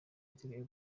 padiri